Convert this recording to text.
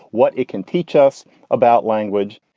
what it can teach us about language.